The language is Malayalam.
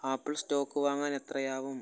ആപ്പിള് സ്റ്റോക്ക് വാങ്ങാൻ എത്രയാവും